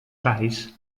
price